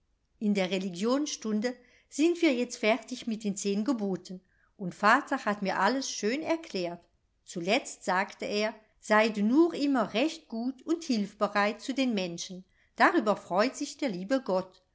in der religionsstunde sind wir jetzt fertig mit den zehn geboten und vater hat mir alles schön erklärt zuletzt sagte er sei du nur immer recht gut und hilfbereit zu den menschen darüber freut sich der liebe gott